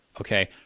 okay